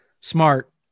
smart